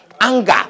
anger